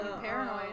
paranoid